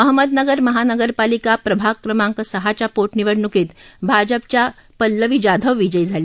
अहमदनगर महानगरपालिका प्रभाग क्रमांक सहाच्या पोटनिवडणूकित भाजपच्या पल्लवी जाधव विजयी झाल्या